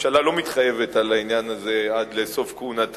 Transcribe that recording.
הממשלה לא מתחייבת על העניין הזה עד סוף כהונתה.